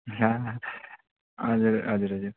हजुर हजुर हजुर